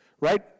right